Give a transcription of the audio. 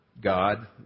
God